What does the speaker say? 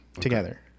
together